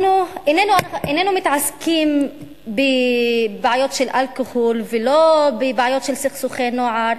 אנחנו איננו מתעסקים בבעיות של אלכוהול ולא בבעיות של סכסוכי נוער.